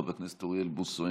חבר הכנסת אוריאל בוסו,